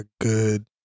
good